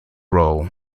role